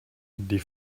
die